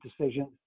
decisions